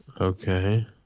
Okay